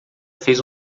fez